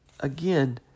Again